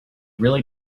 really